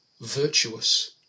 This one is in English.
virtuous